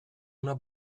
una